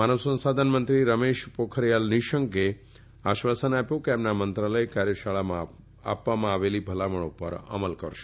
માનવ સંસાધન મંત્રી રમેશ પોખરીય નિશંક એ આશ્વાસન આપ્યુ કે તેમના મંત્રાલય કાર્યશાળામાં આપવામાં આવેલ ભલામણી પર અમલ કરશે